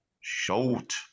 short